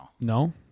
No